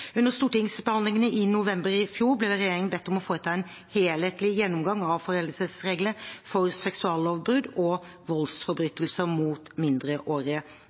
Under stortingsbehandlingen i november i fjor ble regjeringen bedt om å foreta en helhetlig gjennomgang av foreldelsesreglene for seksuallovbrudd og voldsforbrytelser mot mindreårige